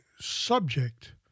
subject